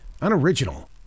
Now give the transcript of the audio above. unoriginal